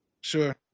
Sure